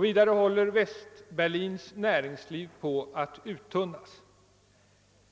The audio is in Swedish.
Vidare håller Västberlins näringsliv på att uttunnas.